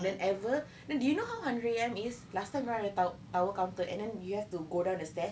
whenever then do you know how hundred A_M is last time right to~ tower counter and then you have to go down the stairs